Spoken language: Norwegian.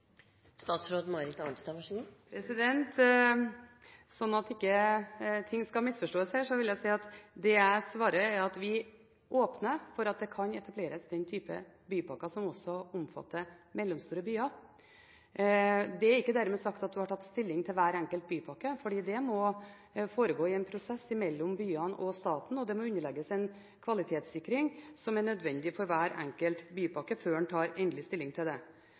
at ting ikke skal misforstås her, vil jeg si at det jeg svarer, er: Vi åpner for at det kan etableres den type bypakker som også omfatter mellomstore byer. Det er ikke dermed sagt at vi har tatt stilling til hver enkelt bypakke, for det må foregå i en prosess mellom byene og staten, og det må underlegges en kvalitetssikring som er nødvendig for hver enkelt bypakke før en tar endelig stilling til det.